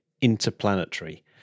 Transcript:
interplanetary